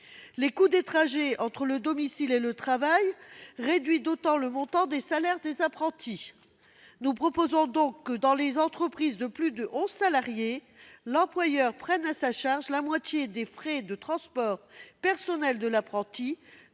Le coût des trajets entre le domicile et le lieu de travail réduit d'autant le montant des salaires des apprentis. Nous proposons donc que, dans les entreprises de plus de onze salariés, l'employeur prenne à sa charge la moitié des frais de transport personnels de l'apprenti,